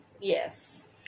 Yes